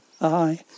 Aye